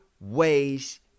ways